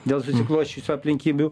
dėl susiklosčiusių aplinkybių